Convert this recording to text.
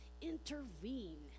intervene